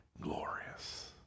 glorious